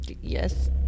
Yes